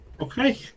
Okay